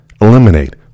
eliminate